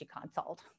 consult